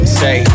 say